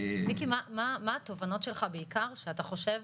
מיקי מה התובנות שלך בעיקר שאתה חושב,